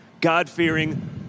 God-fearing